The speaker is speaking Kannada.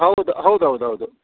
ಹೌದು ಹೌದು ಹೌದು ಹೌದು